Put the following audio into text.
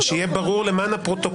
שיהיה ברור לפרוטוקול.